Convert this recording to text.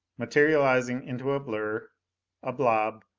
materializing into a blur a blob,